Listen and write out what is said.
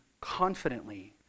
confidently